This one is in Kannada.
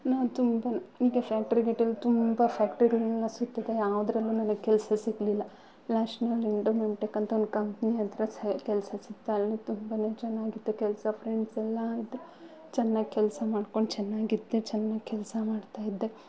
ನಾನು ತುಂಬ ಈಗ ಫ್ಯಾಕ್ಟ್ರಿ ಗೇಟಲ್ಲಿ ತುಂಬ ಫ್ಯಾಕ್ಟ್ರಿಗಳನೆಲ್ಲ ಸಿಗ್ತದೆ ಯಾವುದ್ರಲ್ಲೂ ನನಗೆ ಕೆಲಸ ಸಿಗಲಿಲ್ಲ ಲಾಶ್ಟ್ ನಾನು ಎಂಡೊಮೆಂಟಿಕ್ ಅಂತ ಒಂದು ಕಂಪ್ನಿ ಹತ್ತಿರ ಸೆ ಕೆಲಸ ಸಿಕ್ತು ಅಲ್ಲಿ ತುಂಬ ಚೆನ್ನಾಗಿತ್ತು ಕೆಲಸ ಫ್ರೆಂಡ್ಸ್ ಎಲ್ಲ ಇದ್ರು ಚೆನ್ನಾಗ್ ಕೆಲಸ ಮಾಡ್ಕೊಂಡು ಚೆನ್ನಾಗಿದ್ದೆ ಚೆನ್ನಾಗ್ ಕೆಲಸ ಮಾಡ್ತಾಯಿದ್ದೆ